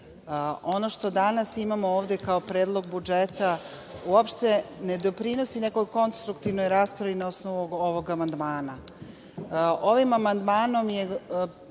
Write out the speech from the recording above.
što danas imamo ovde kao predlog budžeta uopšte ne doprinosi nekoj konstruktivnoj raspravi na osnovu ovog amandmana. Ovim amandmanom je